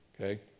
okay